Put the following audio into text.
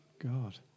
God